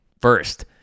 first